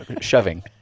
shoving